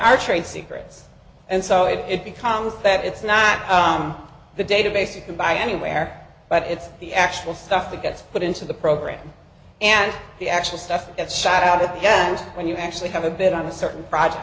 are trade secrets and so it it becomes that it's not the database you can buy anywhere but it's the actual stuff that gets put into the program and the actual stuff that's shot out at the end when you actually have a bit on a certain project